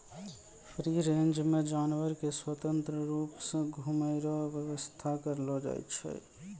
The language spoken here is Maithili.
फ्री रेंज मे जानवर के स्वतंत्र रुप से घुमै रो व्याबस्था करलो जाय छै